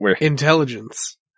Intelligence